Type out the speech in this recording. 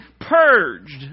purged